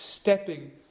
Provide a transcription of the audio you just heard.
stepping